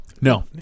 No